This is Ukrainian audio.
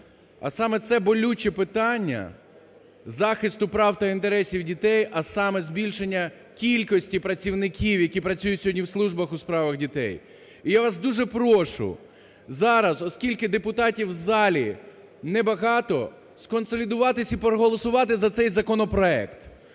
А саме це болюче питання захисту прав та інтересів дітей, а саме збільшення кількості працівників, які працюють сьогодні в службах у справах дітей. Я вас дуже прошу зараз, оскільки депутатів в залі небагато, сконсолідуватись і проголосувати за цей законопроект.